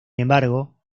embargo